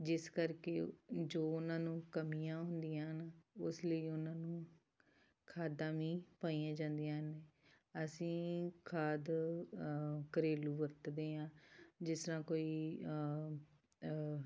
ਜਿਸ ਕਰਕੇ ਜੋ ਉਹਨਾਂ ਨੂੰ ਕਮੀਆਂ ਹੁੰਦੀਆਂ ਹਨ ਉਸ ਲਈ ਉਹਨਾਂ ਨੂੰ ਖਾਦਾਂ ਵੀ ਪਾਈਆਂ ਜਾਂਦੀਆਂ ਹਨ ਅਸੀਂ ਖਾਦ ਘਰੇਲੂ ਵਰਤਦੇ ਹਾਂ ਜਿਸ ਤਰ੍ਹਾਂ ਕੋਈ